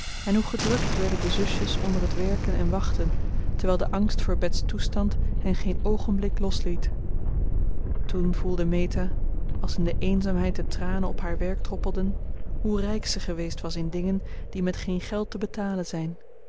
en hoe gedrukt werden de zusjes onder het werken en wachten terwijl de angst voor bets toestand hen geen oogenblik losliet toen voelde meta als in de eenzaamheid de tranen op haar werk droppelden hoe rijk ze geweest was in dingen die met geen geld te betalen zijn